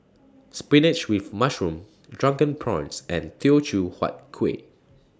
Spinach with Mushroom Drunken Prawns and Teochew Huat Kueh